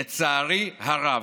לצערי הרב.